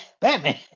Batman